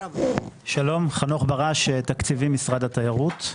שלום, אני אחראי על תקציבים במשרד התיירות.